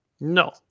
No